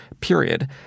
period